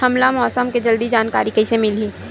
हमला मौसम के जल्दी जानकारी कइसे मिलही?